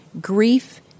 grief